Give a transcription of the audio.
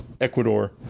Ecuador